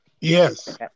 Yes